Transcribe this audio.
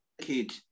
kid